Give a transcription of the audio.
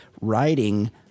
writing